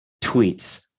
tweets